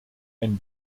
ein